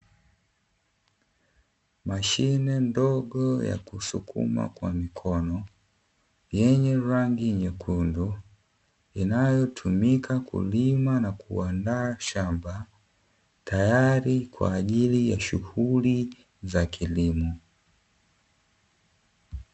Mashine ndogo ya kusukuma kwa mikono yenye rangi nyekundu, inayotumika kulima na kuandaa shamba tayari kwajili ya shughuli za kilimo.